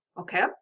okay